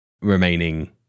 remaining